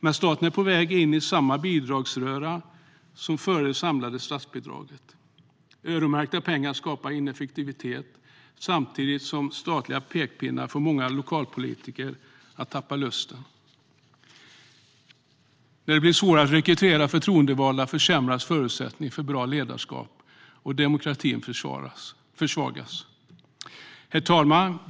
Men staten är på väg in i samma bidragsröra som före det samlade statsbidraget. Öronmärkta pengar skapar ineffektivitet samtidigt som statliga pekpinnar får många lokalpolitiker att tappa lusten. När det blir svårare att rekrytera förtroendevalda försämras förutsättningarna för bra ledarskap, och demokratin försvagas. Herr talman!